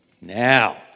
Now